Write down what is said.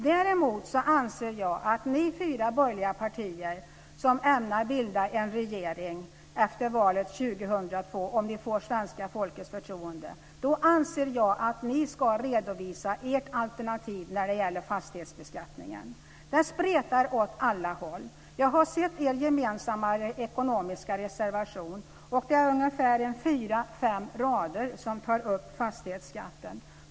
Däremot anser jag att ni fyra borgerliga partier som ämnar bilda en regering efter valet 2002, om ni får svenska folkets förtroende, ska redovisa ert alternativ när det gäller fastighetsbeskattningen. Det spretar åt alla håll. Jag har sett er gemensamma ekonomiska reservation, och det är ungefär fyra fem rader som tar upp fastighetsskatten.